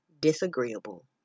disagreeable